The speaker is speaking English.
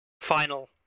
final